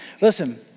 Listen